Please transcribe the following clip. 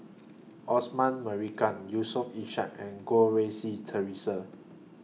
Osman Merican Yusof Ishak and Goh Rui Si Theresa